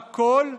הכול,